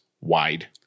wide